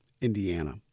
Indiana